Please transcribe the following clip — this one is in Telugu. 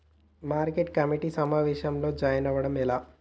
మార్కెట్ కమిటీ సమావేశంలో జాయిన్ అవ్వడం ఎలా?